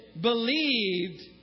believed